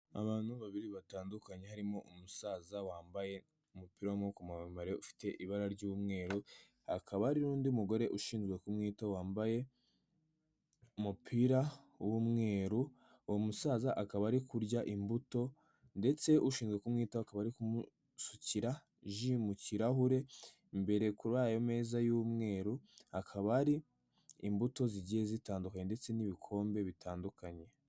Abantu babiri batandukanye, harimo umusaza wambaye umupira w'amaboko maremare ufite ibara ry'umweru. Akaba hari undi mugore ushinzwe kumwita, wambaye umupira w'umweru. Uwo musaza akaba ari kurya imbuto, ndetse ushinzwe kumwita akaba ari kumusukira ji mu kirahure. Imbere kuri ayo meza y'umweru hakaba hari imbuto zigiye zitandukanye ndetse n'ibikombe bitandukanye.